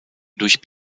durch